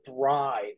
thrive